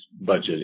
budget